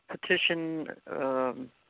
petition